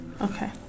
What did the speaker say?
Okay